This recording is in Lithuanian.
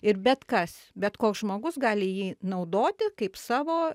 ir bet kas bet koks žmogus gali jį naudoti kaip savo